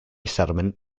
settlement